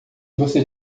você